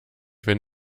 wenn